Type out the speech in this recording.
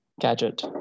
gadget